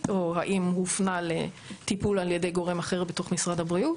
או האם הופנה לטיפול על ידי גורם אחר בתוך משרד הבריאות,